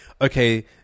okay